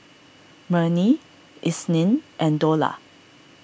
Murni Isnin and Dollah